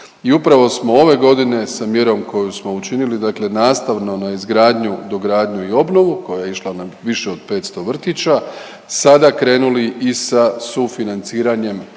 I upravo smo ove godine sa mjerom koju smo učinili, dakle nastavno na izgradnju, dogradnju i obnovu koja je išla na više od 500 vrtića sada krenuli i sa sufinanciranjem